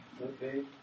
Okay